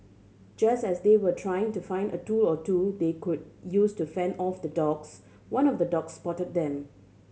just as they were trying to find a tool or two they could use to fend off the dogs one of the dogs spotted them